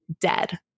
dead